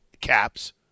caps